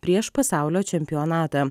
prieš pasaulio čempionatą